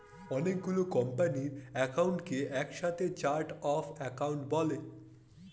অনেক গুলো কোম্পানির অ্যাকাউন্টকে একসাথে চার্ট অফ অ্যাকাউন্ট বলে